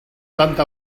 tanta